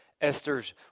Esther's